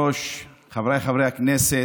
חבריי חברי הכנסת,